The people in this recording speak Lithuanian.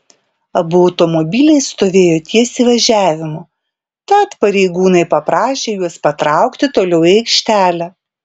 abu automobiliai stovėjo ties įvažiavimu tad pareigūnai paprašė juos patraukti toliau į aikštelę